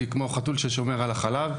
היא כמו חתול ששומר על החלב.